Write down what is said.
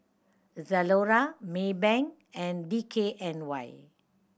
Zalora Maybank and D K N Y